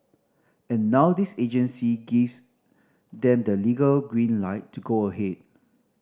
and now this agency gives them the legal green light to go ahead